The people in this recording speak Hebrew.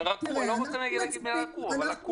לא רוצה להגיד את המילה רקוב, אבל עקום.